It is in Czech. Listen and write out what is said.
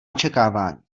očekávání